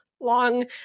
long